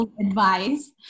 advice